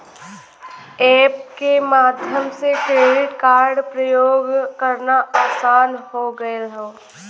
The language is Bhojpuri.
एप के माध्यम से क्रेडिट कार्ड प्रयोग करना आसान हो गयल हौ